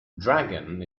dragon